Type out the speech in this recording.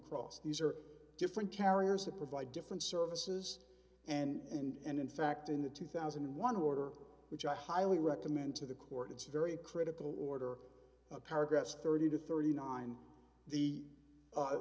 cross these are different carriers that provide different services and in fact in the two thousand and one order which i highly recommend to the court it's very critical order paragraphs thirty to thirty nine the